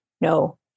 no